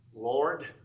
Lord